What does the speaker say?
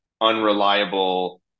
unreliable